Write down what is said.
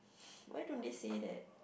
why don't they say that